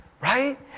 right